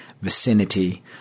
vicinity